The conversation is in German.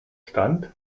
stand